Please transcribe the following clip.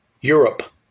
Europe